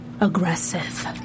Aggressive